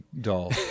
doll